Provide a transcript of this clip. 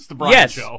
yes